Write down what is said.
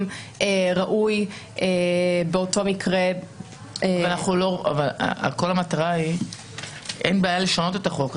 ראוי באותו מקרה --- אין בעיה לשנות את החוק.